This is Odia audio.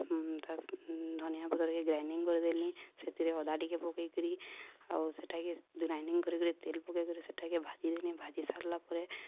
ତା ଧନିଆ ପତ୍ରକେ ଗ୍ରାଇଣ୍ଡିଙ୍ଗ୍ କରି ଦେଲି ସେଥିରେ ଅଦା ଟିକେ ପକେଇ କରି ଆଉ ସେଇଟାକି ଗ୍ରାଇଣ୍ଡିଙ୍ଗ୍ କରିକିରି ତେଲ ପକେଇ କରି ସେଇଟାକି ଭାଜି ଦେଲିି ଭାଜି ସାରିଲା ପରେ